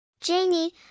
Janie